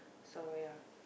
so ya